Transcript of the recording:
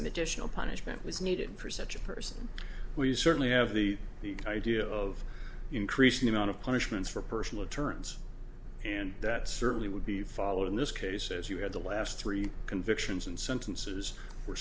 an additional punishment was needed for such a person we certainly have the idea of increasing amount of punishments for personal turns and that certainly would be followed in this case as you had the last three convictions and sentences were